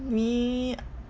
me